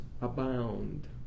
abound